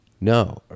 No